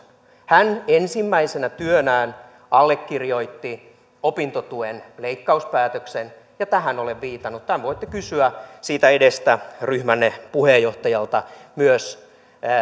hän ensimmäisenä työnään allekirjoitti opintotuen leikkauspäätöksen ja tähän olen viitannut tämän voitte kysyä myös siitä edestä ryhmänne puheenjohtajalta